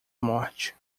morte